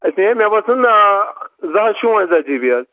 ہَے تی حظ مےٚ وٲژ نا زٕ ہَتھ شُونٛزاہ جی بی حظ